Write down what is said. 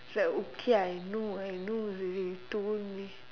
like okay I know I know already don't